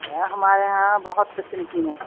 ہمارے یہاں بہت کچھ قسم کی ہیں